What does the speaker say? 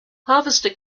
harvester